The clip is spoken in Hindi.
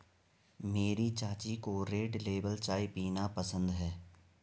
मेरी चाची को रेड लेबल चाय पीना पसंद है